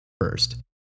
first